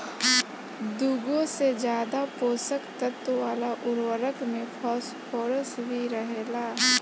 दुगो से ज्यादा पोषक तत्व वाला उर्वरक में फॉस्फोरस भी रहेला